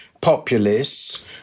populists